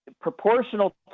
proportional